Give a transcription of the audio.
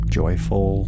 joyful